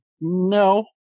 no